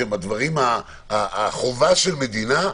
שהם החובה של המדינה,